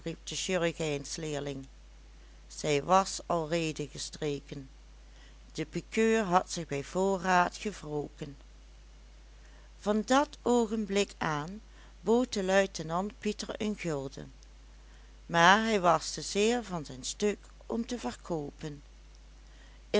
de chirurgijnsleerling zij was alreede gestreken de pikeur had zich bij voorraad gewroken van dat oogenblik aan bood de luitenant pieter een gulden maar hij was te zeer van zijn stuk om te verkoopen